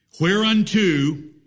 whereunto